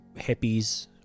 hippies